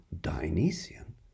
Dionysian